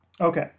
okay